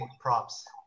props